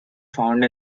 found